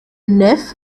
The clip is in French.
nef